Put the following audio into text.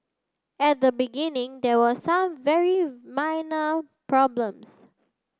at the beginning there were some very minor problems